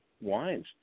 wines